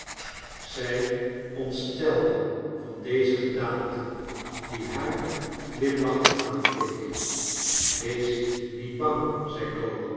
zij ontstelde van deze gedaante die haar glimlachend aankeek wees niet bang